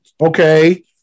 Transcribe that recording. Okay